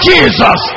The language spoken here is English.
Jesus